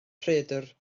rhaeadr